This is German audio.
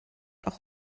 auch